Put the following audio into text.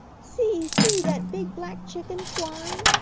see, see, that big black chicken flying!